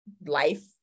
life